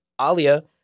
Alia